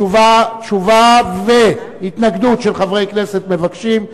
תשובה והתנגדות של חברי כנסת שמבקשים,